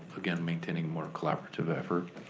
again, maintaining more collaborative effort.